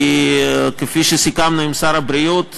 כי כפי שסיכמנו עם שר הבריאות,